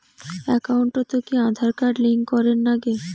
একাউন্টত কি Aadhaar card link করের নাগে?